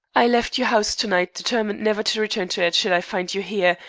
i left your house to-night determined never to return to it should i find you here,